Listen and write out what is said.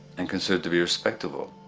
and considered to be respectable.